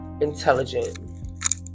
intelligent